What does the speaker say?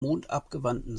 mondabgewandten